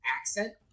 accent